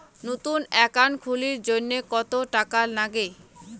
নতুন একাউন্ট খুলির জন্যে কত টাকা নাগে?